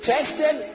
Tested